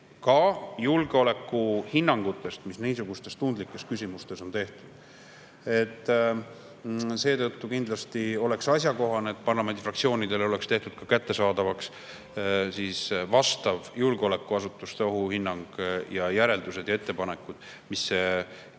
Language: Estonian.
julgeolekuhinnangutest, mis niisugustes tundlikes küsimustes on antud. Seetõttu oleks kindlasti asjakohane, et parlamendifraktsioonidele oleks tehtud kättesaadavaks ka [kõnealune] julgeolekuasutuste ohuhinnang ja järeldused ja ettepanekud, mis